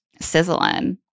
sizzling